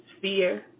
Fear